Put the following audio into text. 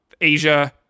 Asia